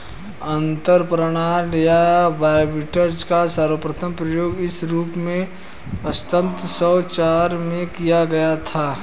अंतरपणन या आर्बिट्राज का सर्वप्रथम प्रयोग इस रूप में सत्रह सौ चार में किया गया था